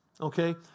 okay